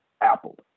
Apple